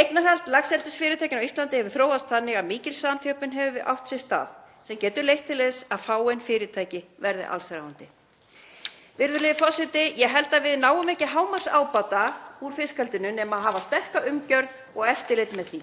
Eignarhald laxeldisfyrirtækja á Íslandi hefur þróast þannig að mikil samþjöppun hefur átt sér stað sem getur leitt til þess að fáein fyrirtæki verði alls ráðandi. Virðulegi forseti. Ég held að við náum ekki hámarksábata úr fiskeldinu nema hafa sterka umgjörð og eftirlit með því.